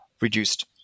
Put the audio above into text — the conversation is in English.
reduced